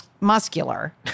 muscular